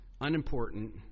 unimportant